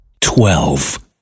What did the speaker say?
twelve